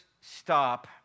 stop